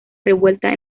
revuelta